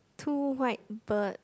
two white bird